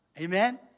Amen